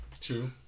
True